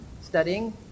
studying